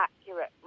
accurate